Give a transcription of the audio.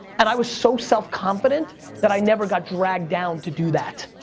and i was so self-confident that i never got dragged down to do that.